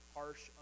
harsh